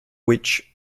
which